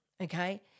okay